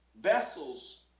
Vessels